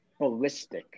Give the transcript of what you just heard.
holistic